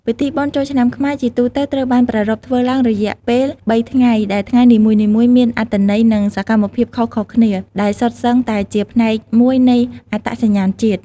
ពិធីបុណ្យចូលឆ្នាំខ្មែរ ជាទូទៅត្រូវបានប្រារព្ធធ្វើឡើង រយៈពេល ៣ ថ្ងៃ ដែលថ្ងៃនីមួយៗមានអត្ថន័យ និងសកម្មភាពខុសៗគ្នា ដែលសុទ្ធសឹងតែជាផ្នែកមួយនៃអត្តសញ្ញាណជាតិ។